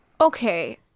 Okay